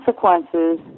consequences